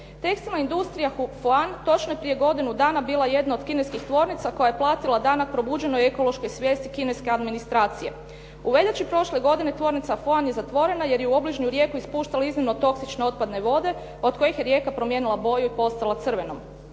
se ne razumije./… točno je prije godinu bila jedna od kineskih tvornica koja je platila danas probuđenoj ekološkoj svijesti kineske administracije. U veljači prošle godine tvornica "Fuan" je zatvorena jer je u obližnju rijeku ispuštala iznimno toksične otpadne vode od kojih je rijeka promijenila boju i postala crvenom.